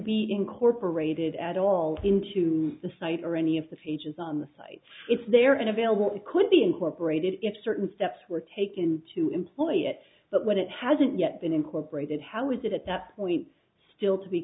be incorporated at all into the site or any of the pages on the site if they are in available it could be incorporated if certain steps were taken to employ it but it hasn't yet been incorporated how was it at that point still to be